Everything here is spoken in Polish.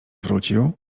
wrócił